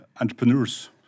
entrepreneurs